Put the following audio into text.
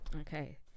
Okay